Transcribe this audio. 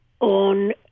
on